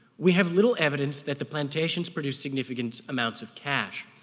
we have little evidence that the plantations produced significant amounts of cash,